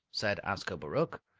said ascobaruch.